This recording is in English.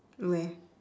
where